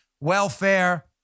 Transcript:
welfare